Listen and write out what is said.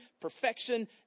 perfection